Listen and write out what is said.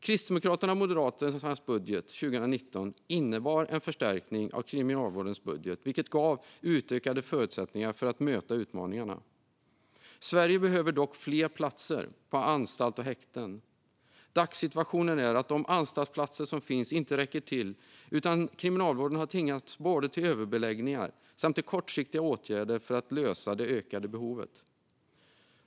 Kristdemokraternas och Moderaternas budget 2019 innebar en förstärkning av Kriminalvårdens budget, vilket gav utökade förutsättningar att möta utmaningarna. Sverige behöver dock fler platser på anstalt och häkten. Dagssituationen är att de anstaltsplatser som finns inte räcker till, utan kriminalvården har tvingats både till överbeläggningar samt till kortsiktiga åtgärder för att lösa det ökade behovet.